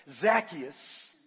Zacchaeus